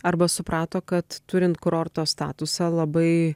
arba suprato kad turint kurorto statusą labai